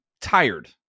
tired